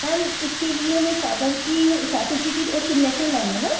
میم اُس کے لیے ہمیں فادر کی سرٹیفیکیٹ اور سگنیچر لانے ہیں نا